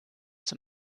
zum